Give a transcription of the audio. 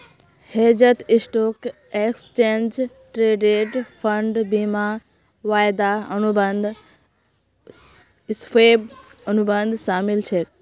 हेजत stock, exchange traded fund, बीमा, वायदा अनुबंध, स्वैप, अनुबंध शामिल छेक